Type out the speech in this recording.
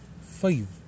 five